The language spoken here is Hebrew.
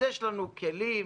אז יש לנו כלים